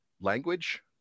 language